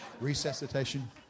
resuscitation